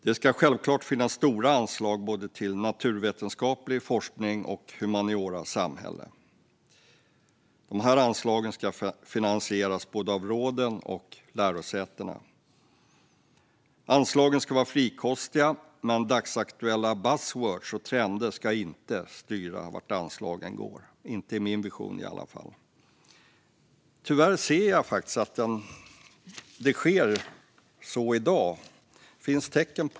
Det ska självklart finnas stora anslag till både naturvetenskaplig forskning och humaniora och samhälle. De anslagen ska finansieras av både råden och lärosätena. Anslagen ska vara frikostiga, men enligt min vision ska inte dagsaktuella buzz words och trender styra vart anslagen går. Jag ser tyvärr tecken på att det sker i dag.